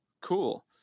cool